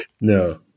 No